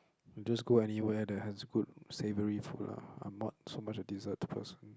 I'll just go anywhere that has good savory food lah I'm not so much a dessert person